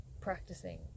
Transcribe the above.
practicing